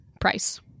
Price